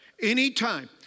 anytime